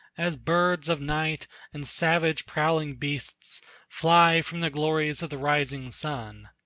as birds of night and savage prowling beasts fly from the glories of the rising sun.